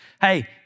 Hey